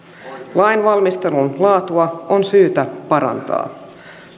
lainvalmistelun laatua on syytä parantaa